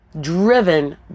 driven